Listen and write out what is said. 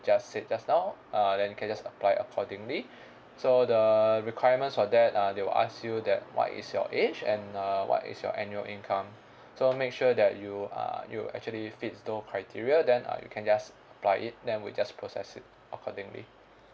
just said just now uh then you can just apply accordingly so the requirement for that uh they will ask you that what is your age and uh what is your annual income so make sure that you uh you actually fits those criteria then uh you can just apply it then we just process it accordingly